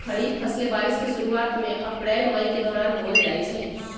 खरीफ फसलें बारिश के शुरूवात में अप्रैल मई के दौरान बोयल जाई छई